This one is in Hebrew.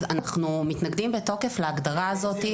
אנחנו מתנגדים בתוקף להגדרה הזאת.